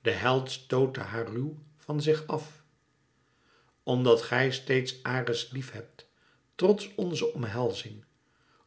de held stootte haar ruw van zich af omdat gij steeds ares lief hebt trots onze omhelzing